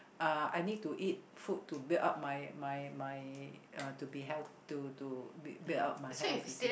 uh I need to eat food to build up my my my uh to be health to to build up my health you see